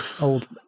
old